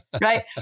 right